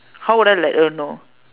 how would I let you all know